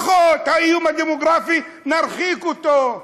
פחות, האיום הדמוגרפי, נרחיק אותו,